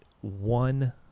one